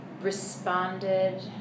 responded